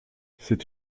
c’est